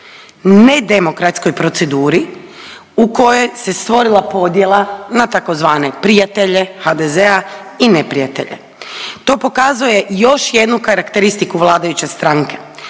nedemokratskoj proceduri, u kojoj se stvorila podjela na tzv. prijatelje HDZ-a i neprijatelje. To pokazuje još jednu karakteristiku vladajuće stranke,